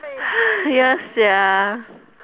yes ya